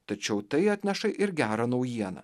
tačiau tai atneša ir gerą naujieną